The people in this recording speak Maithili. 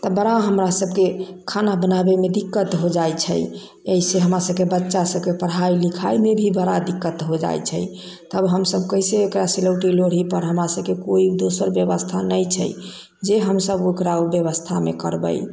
बड़ा हमरासबके खाना बनाबे मे दिक्कत हो जाइ छै एहिसे हमरासबके बच्चा सबके पढ़ाइ लिखाइ मे भी बड़ा दिक्कत हो जाइ छै तब हमसब कइसे एकरा सिलौटी लोढ़ी पर हमरासबके कोइ दोसर व्यवस्था नहि छै जे हमसब ओकरा व्यवस्था मे करबै